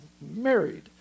married